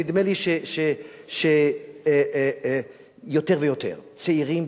נדמה לי שיותר ויותר צעירים,